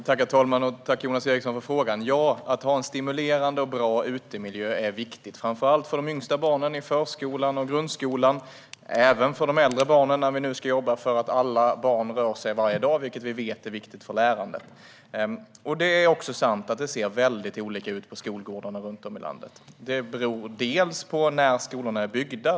Herr talman! Tack, Jonas Eriksson, för frågan! Att ha en stimulerande och bra utemiljö är viktigt framför allt för de yngsta barnen i förskolan och grundskolan men även för de äldre barnen när vi nu ska jobba för att alla barn ska röra sig varje dag, vilket vi vet är viktigt för lärandet. Det är också sant att det ser väldigt olika ut på skolgårdarna runt om i landet. Det beror på när skolorna är byggda.